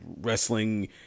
wrestling